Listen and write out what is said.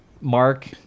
mark